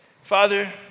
Father